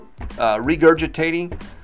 regurgitating